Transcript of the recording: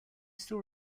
still